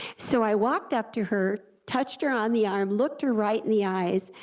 so i walked up to her, touched her on the arm, looked her right in the eyes,